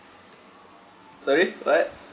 sorry what